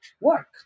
work